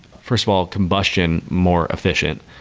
first of all, combustion more efficient.